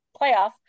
playoff